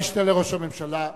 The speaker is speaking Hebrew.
רבותי, כבוד המשנה לראש הממשלה,